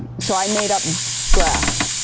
so i made up graphs,